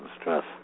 stress